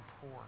poor